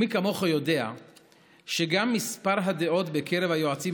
מי כמוך יודע שגם מספר הדעות בקרב היועצים